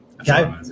Okay